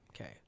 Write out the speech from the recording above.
Okay